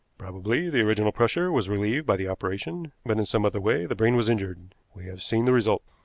probably the original pressure was relieved by the operation, but in some other way the brain was injured. we have seen the result.